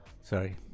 Sorry